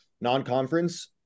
non-conference